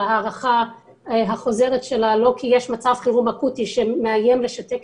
ההארכה החוזרת שלו לא כי יש מצב חירום אקוטי שמאיים לשתק